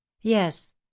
Yes